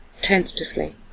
Tentatively